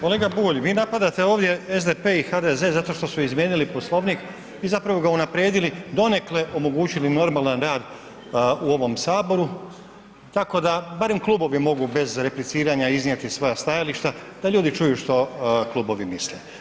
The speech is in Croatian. Kolega Bulj, vi napadate ovdje SDP i HDZ zato što su izmijenili Poslovnik i zapravo ga unaprijedili donekle omogućili normalan rad u ovom saboru, tako da barem klubovi mogu bez repliciranja iznijeti svoja stajališta da ljudi čuju što klubovi misle.